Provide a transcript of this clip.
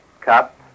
cup